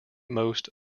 most